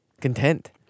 Content